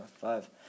five